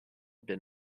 been